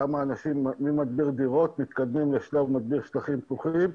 כמה אנשים מתקדמים ממדביר דירות לשלב מדביר שטחים פתוחים,